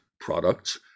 products